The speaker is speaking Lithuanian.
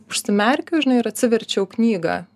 užsimerkiu žinai ir atsiverčiau knygą